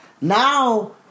Now